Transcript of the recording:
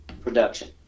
production